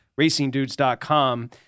racingdudes.com